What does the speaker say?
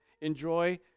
enjoy